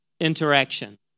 interaction